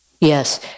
yes